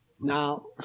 Now